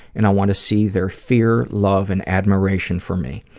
and i want to see their fear, love, and admiration for me.